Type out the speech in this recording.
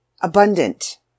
Abundant